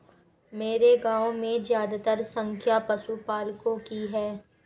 मेरे गांव में ज्यादातर संख्या पशुपालकों की है